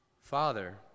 Father